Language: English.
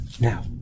Now